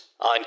on